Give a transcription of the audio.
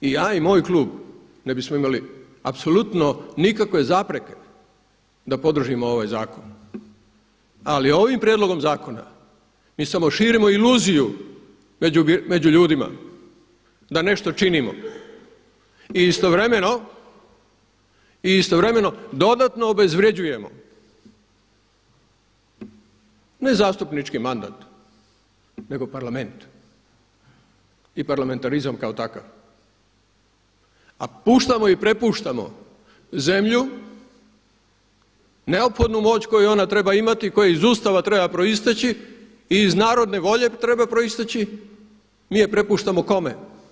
Onda i ja i moj klub ne bismo imali apsolutno nikakve zapreke da podržimo ovaj zakon, ali ovim prijedlogom zakona mi samo širimo iluziju među ljudima da nešto činimo i istovremeno dodatno obezvrjeđujemo ne zastupnički mandata nego Parlament i parlamentarizam kao takav a puštamo i prepuštamo zemlju neophodnu moć koju ona treba imati i koja iz Ustava treba proisteći i iz narodne volje treba proisteći mi je prepuštamo kome?